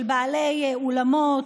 של בעלי אולמות,